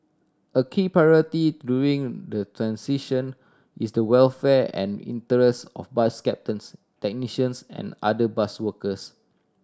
a key priority during the transition is the welfare and interests of bus captains technicians and other bus workers